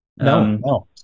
No